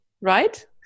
Right